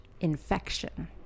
infection